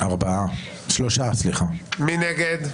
מי נגד?